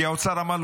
כי האוצר אמר לו,